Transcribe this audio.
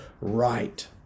right